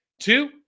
Two